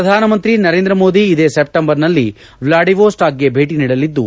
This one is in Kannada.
ಪ್ರಧಾನಮಂತ್ರಿ ನರೇಂದ್ರ ಮೋದಿ ಇದೇ ಸೆಪ್ಟೆಂಬರ್ನಲ್ಲಿ ವ್ಲಾಡಿವೊಸ್ಟಾಕ್ಗೆ ಭೇಟಿ ನೀಡಲಿದ್ದು